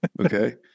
okay